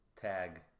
Tag